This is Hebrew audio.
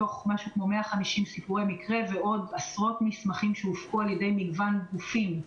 מתוך כ-150 סיפורי מקרה ועוד עשרות מסמכים שהושקו על-ידי מגוון גופים,